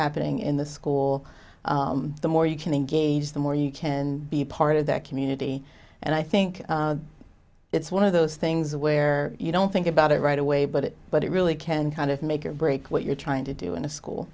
happening in the school the more you can engage the more you can be part of that community and i think it's one of those things where you don't think about it right away but it but it really can kind of make or break what you're trying to do in a school